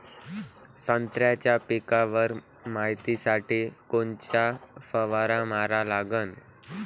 संत्र्याच्या पिकावर मायतीसाठी कोनचा फवारा मारा लागन?